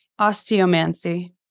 Osteomancy